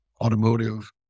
automotive